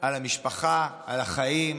על המשפחה, על החיים,